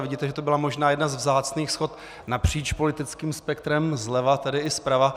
Vidíte, že to byla možná jedna ze vzácných shod napříč politickým spektrem zleva tedy i zprava.